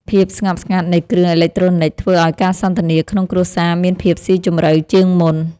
ភាពស្ងប់ស្ងាត់នៃគ្រឿងអេឡិចត្រូនិច ធ្វើឱ្យការសន្ទនាក្នុងគ្រួសារមានភាពស៊ីជម្រៅជាងមុន។